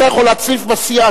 אתה יכול להצליף בסיעה,